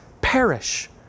perish